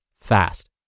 fast